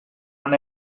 non